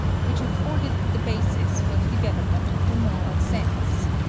which afforded the basis for the development of the moral sense.